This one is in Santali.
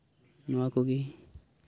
ᱱᱚᱶᱟ ᱠᱚᱜᱮ